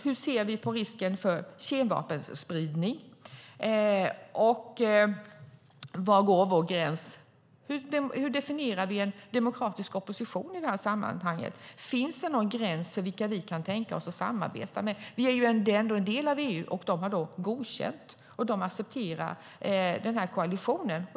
Hur ser vi på risken för kemvapenspridning? Hur definierar vi en demokratisk opposition i sammanhanget? Finns det någon gräns för vilka vi kan tänka oss att samarbeta med? Vi är ändå en del av EU, som har godkänt och accepterat koalitionen.